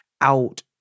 out